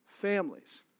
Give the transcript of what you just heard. families